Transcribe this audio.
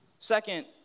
Second